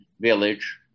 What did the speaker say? village